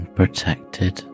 protected